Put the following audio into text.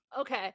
Okay